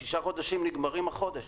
שישה חודשים נגמרים החודש,